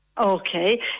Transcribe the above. Okay